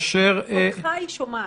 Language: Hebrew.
תשובה מחגית וייס מנהלת הלשכה במזרח ירושלים.